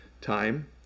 time